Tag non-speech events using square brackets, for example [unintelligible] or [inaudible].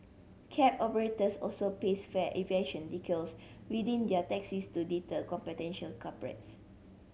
cab operators also paste fare evasion decals within their taxis to deter [unintelligible] potential culprits